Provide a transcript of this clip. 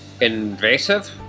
Invasive